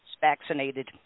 vaccinated